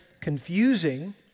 confusing